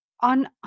On